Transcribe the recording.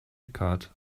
eckhart